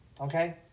okay